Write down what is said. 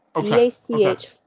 B-A-C-H